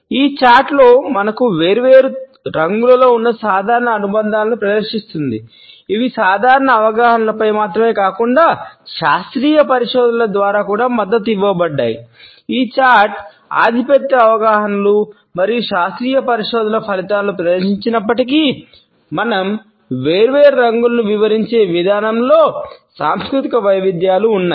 ఈ చార్ట్ ఆధిపత్య అవగాహనలను మరియు శాస్త్రీయ పరిశోధనల ఫలితాలను ప్రదర్శించినప్పటికీ మనం వేర్వేరు రంగులను వివరించే విధానంలో సాంస్కృతిక వైవిధ్యాలు ఉన్నాయి